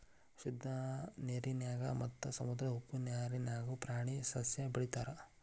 ಶುದ್ದ ನೇರಿನ್ಯಾಗ ಮತ್ತ ಸಮುದ್ರದ ಉಪ್ಪ ನೇರಿನ್ಯಾಗುನು ಪ್ರಾಣಿ ಸಸ್ಯಾ ಬೆಳಿತಾರ